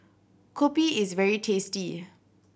kopi is very tasty